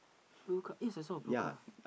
blue car yes I saw a blue car